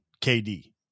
KD